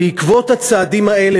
בעקבות הצעדים האלה,